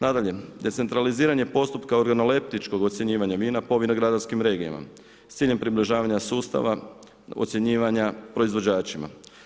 Nadalje, decentraliziranje postupka organoleptičkog ocjenjivanja vina po vinogradarskim regijama s ciljem približavanja sustava ocjenjivanja proizvođačima.